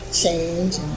change